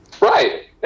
right